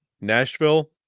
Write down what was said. Nashville